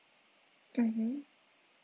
mmhmm